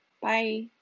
Bye